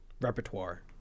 repertoire